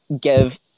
give